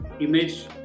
Image